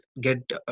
get